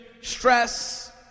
stress